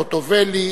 חוטובלי,